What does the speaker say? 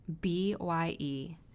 B-Y-E